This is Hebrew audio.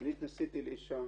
אני נישאתי לאשה